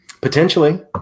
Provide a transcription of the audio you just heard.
Potentially